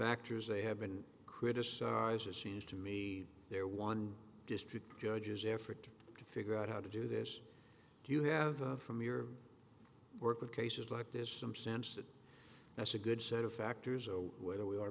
factors they have been criticized it seems to me they're one district judges effort to figure out how to do this do you have from your work with cases like this some sense that that's a good set of factors of whether we are